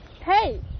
Hey